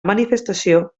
manifestació